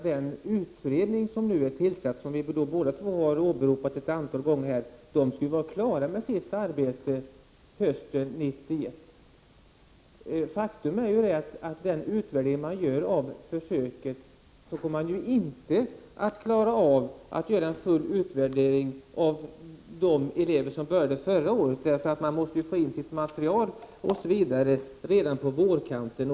Den utredning som nu är tillsatt, och som vi båda två har åberopat ett antal gånger, skall vara klar med sitt arbete hösten 1991. Faktum är att man inte kommer att klara av att göra en utvärdering av försöket med de elever som började förra året, eftersom man måste inhämta materialet osv. redan på vårkanten.